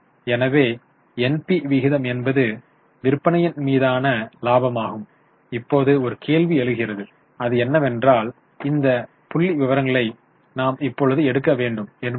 எனவே NP விகிதம் என்பது விற்பனையின் மீதான லாபமாகும் இப்போது ஒரு கேள்வி எழுகிறது அது என்னவென்றால் இந்த புள்ளி விவரங்களை நாம் இப்பொழுது எடுக்க வேண்டும் என்பது தான்